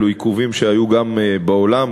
אלו עיכובים שהיו גם בעולם,